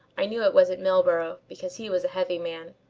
i knew it wasn't milburgh because he was a heavy man.